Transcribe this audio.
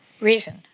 reason